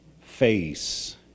Face